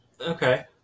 Okay